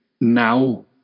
now